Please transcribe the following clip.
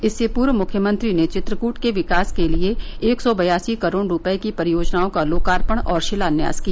इससे पूर्व मुख्यमंत्री ने चित्रकूट के विकास के लिए एक सौ बयासी करोड़ रूपये की परियोजनाओं का लोकार्पण एवं शिलान्यास किया